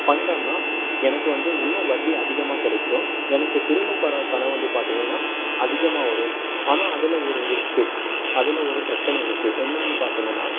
பண்ணுறேன்னா எனக்கு வந்து இன்னும் வட்டி அதிகமாக கிடைக்கும் எனக்கு திரும்பத் தர பணம் வந்து பார்த்தீங்கன்னா அதிகமாக வரும் ஆனால் அதுல ஒரு ரிஸ்க்கு அதுல ஒரு பிரச்சனை இருக்கு என்னான்னு பார்த்தீங்கன்னா